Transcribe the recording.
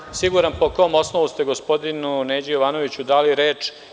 Nisam siguran po kom osnovu ste gospodinu Neđu Jovanoviću dali reč.